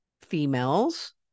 females